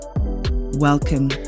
Welcome